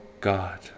God